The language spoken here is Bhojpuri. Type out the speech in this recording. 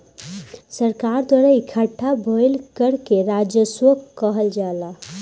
सरकार द्वारा इकट्ठा भईल कर के राजस्व कहल जाला